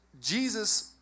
Jesus